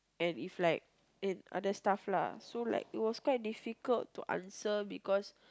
and if like and other stuff lah so like it was quite difficult to answer because